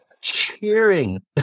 cheering